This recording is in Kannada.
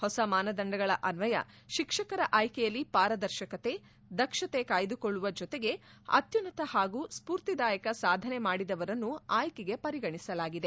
ಹೊಸ ಮಾನದಂಡಗಳ ಅನ್ವಯ ಶಿಕ್ಷಕರ ಆಯ್ಕೆಯಲ್ಲಿ ಪಾರದರ್ಶಕತೆ ದಕ್ಷ ಕಾಯ್ದುಕೊಳ್ಳುವ ಜತೆಗೆ ಅತ್ಯುನ್ನತ ಹಾಗೂ ಸ್ಫೂರ್ತಿದಾಯಕ ಸಾಧನೆ ಮಾಡಿದವರನ್ನು ಆಯ್ಕೆಗೆ ಪರಿಗಣಿಸಲಾಗಿದೆ